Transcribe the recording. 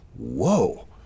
Whoa